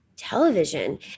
Television